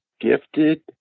gifted